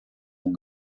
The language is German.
nun